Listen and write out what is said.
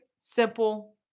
simple